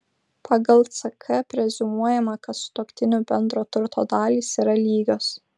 pagal ck preziumuojama kad sutuoktinių bendro turto dalys yra lygios